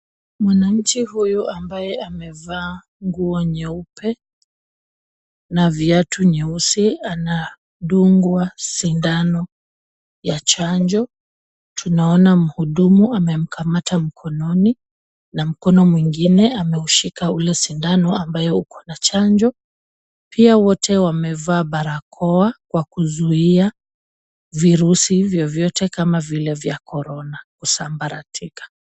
Mwanamke huyu ambaye amevaa nguo nyeupe na viatu nyeusi anadungwa sindano ya chanjo. Tunaona mhudumu amemkamata mkononi na mkono mwingine ameushika ule sindano ambaye ukona chanjo. Pia wote wamevaa barakoa kwa kuzuia virusi vyovyoye kama vile vya korona kusambaratika.